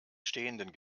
stehenden